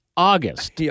August